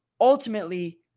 ultimately